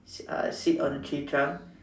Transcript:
sit uh sit on tree trunk